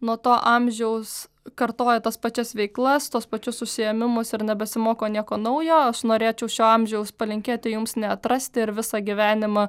nuo to amžiaus kartoja tas pačias veiklas tuos pačius užsiėmimus ir nebesimoko nieko naujo aš norėčiau šio amžiaus palinkėti jums neatrasti ir visą gyvenimą